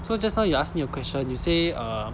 so just now you ask me a question you say uh